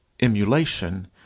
emulation